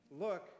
Look